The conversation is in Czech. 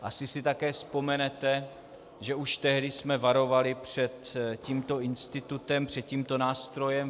Asi si také vzpomenete, že už tehdy jsme varovali před tímto institutem, před tímto nástrojem.